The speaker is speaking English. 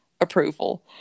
approval